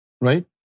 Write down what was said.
right